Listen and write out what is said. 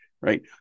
right